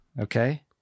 Okay